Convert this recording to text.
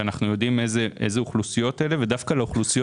שאנחנו יודעים אילו אוכלוסיות אלה ודווקא להן,